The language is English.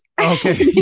Okay